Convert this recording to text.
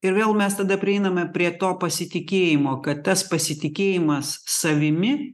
ir vėl mes tada prieiname prie to pasitikėjimo kad tas pasitikėjimas savimi